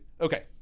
okay